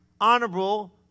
honorable